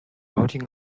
heutigen